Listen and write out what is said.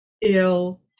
ill